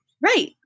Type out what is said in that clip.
Right